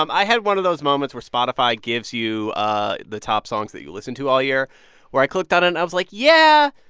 um i had one of those moments where spotify gives you ah the top songs that you listened to all year where i clicked on it, and i was like, yeah,